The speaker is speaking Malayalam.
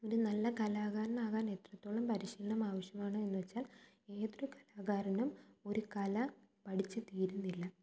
ഒരു നല്ല കലാകാരനാകാൻ എത്രത്തോളം പരിശീലനം ആവശ്യമാണ് എന്നുവെച്ചാൽ ഏതൊരു കലാകാരനും ഒരു കല പഠിച്ച് തീരുന്നില്ല